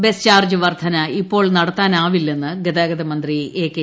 bus charge വർധന ഇപ്പോൾ നടത്താനാവി ല്ലെന്ന് ഗതാഗതമന്ത്രി ്ഫ്സ് കെ